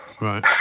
Right